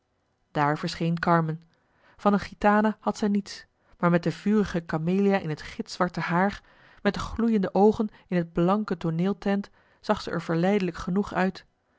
daar verscheen carmen van een gitana had zij niets maar met de vurige camelia in het gitzwarte haar met de gloeiende oogen in het blanke tooneelteint zag ze er verleidelijk genoeg uit